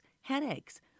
headaches